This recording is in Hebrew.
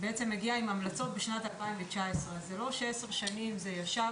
הגיעה עם המלצות בשנת 2019. אז זה לא שעשר שנים זה ישב.